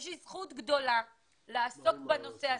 יש לי זכות גדולה לעסוק בנושא הזה,